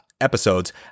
episodes